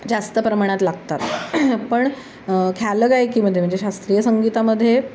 जास्त प्रमाणात लागतात पण ख्याल गायकीमध्ये म्हणजे शास्त्रीय संगीतामध्ये